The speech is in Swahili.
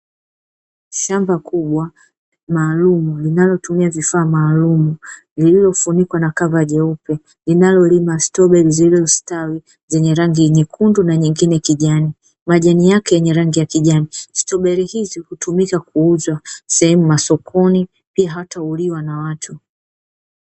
Shamba kubwa maalumu linalotumiavifaa maalumu vilivyofunikwa na kava jeupe linalolima strawberry zilizostawi zenye rangi nyekundu na nyingine kijani, Majani yake yenye rangi ya kijani. Strawberry hizi hutumika kuuzwa sehemu masokoni pia hata kuliwa na watu.